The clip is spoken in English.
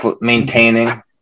maintaining